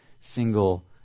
single